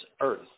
earth